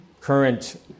current